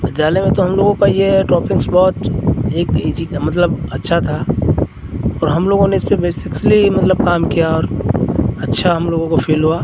विद्यालय में तो हम लोगों को यह हैं टॉपिक्स बाँट एक इजी था मतलब अच्छा था और हम लोगों ने इस पर बेसिक्सस्ली मतलब काम किया अच्छा हम लोगों को फील हुआ